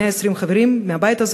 120 חברים בבית הזה,